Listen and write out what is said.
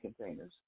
containers